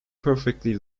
perfectly